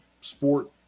sport